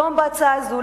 היום בהצעה זו,